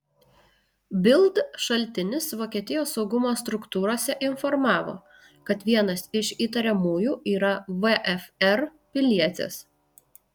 bild šaltinis vokietijos saugumo struktūrose informavo kad vienas iš įtariamųjų yra vfr pilietis